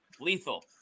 lethal